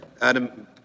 Adam